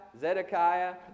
Zedekiah